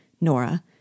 Nora